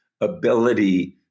ability